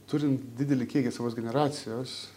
turint didelį kiekį savos generacijos